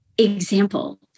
example